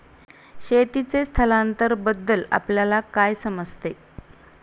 शेतीचे स्थलांतरबद्दल आपल्याला काय समजते?